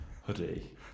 hoodie